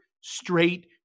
straight